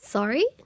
Sorry